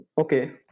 Okay